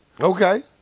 Okay